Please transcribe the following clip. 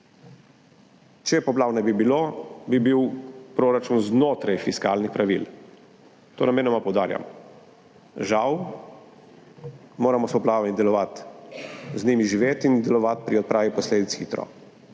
Če poplav ne bi bilo, bi bil proračun znotraj fiskalnih pravil. To namenoma poudarjam. Žal moramo delovati s poplavami, z njimi živeti in hitro delovati pri odpravi posledic.